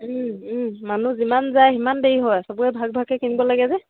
মানুহ যিমান যায় সিমান দেৰি হয় চবৰে ভাগ ভাগকে কিনিব লাগে যে